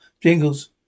Jingles